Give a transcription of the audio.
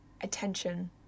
attention